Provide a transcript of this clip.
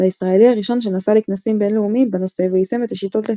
והישראלי הראשון שנסע לכנסים בין-לאומיים בנושא ויישם את השיטות לכך.